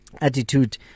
attitude